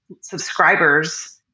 subscribers